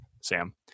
Sam